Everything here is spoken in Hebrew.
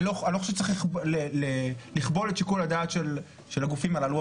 אני לא חושב שצריך לכבול את שיקול הדעת של הגופים הללו,